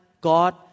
God